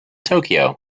tokyo